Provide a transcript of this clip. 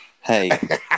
Hey